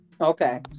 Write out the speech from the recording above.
Okay